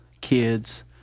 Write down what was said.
kids